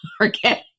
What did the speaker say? Okay